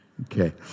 Okay